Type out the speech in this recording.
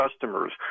customers